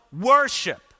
worship